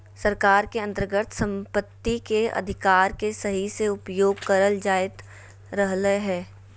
सरकार के अन्तर्गत सम्पत्ति के अधिकार के सही से उपयोग करल जायत रहलय हें